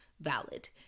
valid